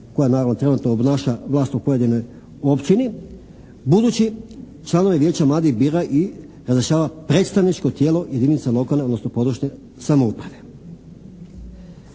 koja naravno trenutno obnaša vlast u pojedinoj općini budući članove vijeća mladih bira i razrješava predstavničko tijelo jedinice lokalne odnosno područne samouprave.